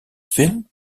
film